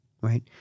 right